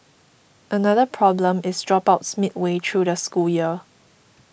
another problem is dropouts midway through the school year